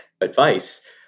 advice